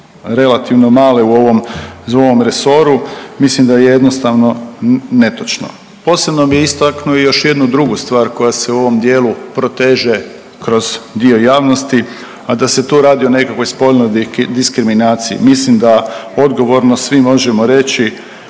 relativno male u ovom, u ovom resoru mislim da je jednostavno netočno. Posebno bi istaknuo i još jednu drugu stvar koja se u ovom dijelu proteže kroz dio javnosti, a da se tu radi o nekakvoj spolnoj diskriminaciji. Mislim da odgovorno svi možemo reći